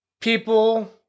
people